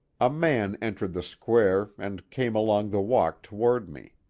a man entered the square and came along the walk toward me.